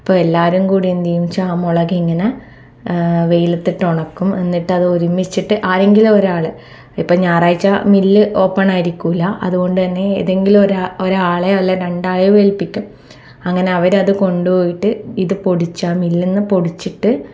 അപ്പോൾ എല്ലാവരും കൂടി എന്തു ചെയ്യുമെന്ന് വെച്ചാൽ ആ മുളകിങ്ങനെ വെയിലത്തിട്ടൊണക്കും എന്നിട്ട് അത് ഒരുമിച്ചിട്ട് ആരെങ്കിലും ഒരാൾ ഇപ്പോൾ ഞായറാഴ്ച്ച മില്ല് ഓപ്പണായിരിക്കില്ല അതുകൊണ്ട് തന്നെ ഏതെങ്കിലും ഒരാളെ ഒരാളെയോ അല്ലെങ്കിൽ രണ്ടാളെയോ ഏൽപ്പിക്കും അങ്ങനെ അവരത് കൊണ്ട് പോയിട്ട് ഇത് പൊടിച്ച് മില്ലിൽ നിന്ന് പൊടിച്ചിട്ട്